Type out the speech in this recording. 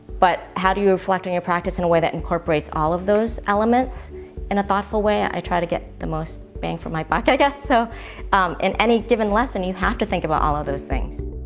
but how do you reflect on your practice in way that incorporates all of those elements in a thoughtful way. i tried to get the most bang for my buck, i guess, so in any given a lesson, you have to think about all of those things.